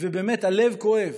והלב כואב,